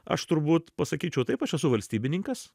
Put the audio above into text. aš turbūt pasakyčiau taip aš esu valstybininkas